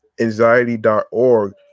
anxiety.org